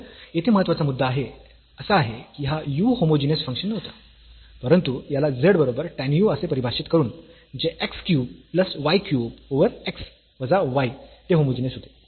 तर येथे महत्वाचा मुद्दा असा आहे की हा u होमोजीनियस फंक्शन नव्हते पपरंतु याला z बरोबर tan u असे परिभाषित करून जे x cube plus y cube over x वजा y ते होमोजीनियस होते